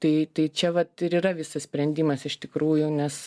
tai tai čia vat ir yra visas sprendimas iš tikrųjų nes